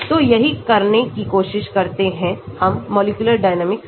तो यही करने की कोशिश करते हैं हम मॉलिक्यूलर डायनेमिकस में